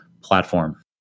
platform